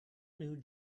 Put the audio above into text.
new